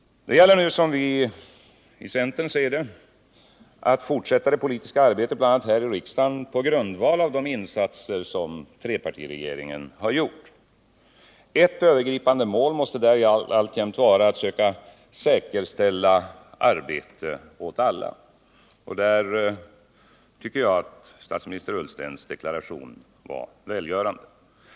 Det gäller nu, som vi i centern ser det, att fortsätta det politiska arbetet, bl.a. här i riksdagen, på grundval av de insatser som trepartiregeringen har gjort. Ett övergripande mål måste därvid alltjämt vara att söka säkerställa arbete åt alla. Jag tycker statsminister Ullstens deklaration i det fallet var välgörande.